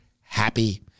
happy